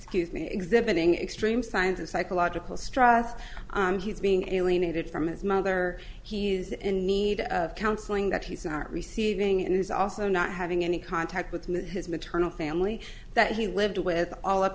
scuse me examining extreme science and psychological stress he's being alienated from his mother he's in need of counseling that he's not receiving and he's also not having any contact with his maternal family that he lived with all up